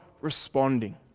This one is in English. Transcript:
responding